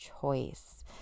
choice